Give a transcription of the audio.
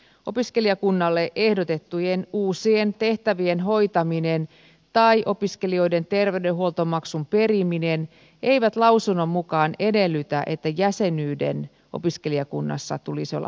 opiskelijakunnalle ehdotettujen uusien tehtävien hoitaminen tai opiskelijoiden terveydenhuoltomaksun periminen eivät lausunnon mukaan edellytä että jäsenyyden opiskelijakunnassa tulisi olla pakollista